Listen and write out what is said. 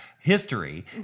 history